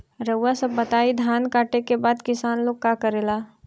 रउआ सभ बताई धान कांटेके बाद किसान लोग का करेला?